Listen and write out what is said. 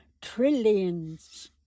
trillions